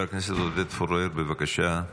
חבר הכנסת עודד פורר, בבקשה.